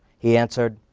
he answered,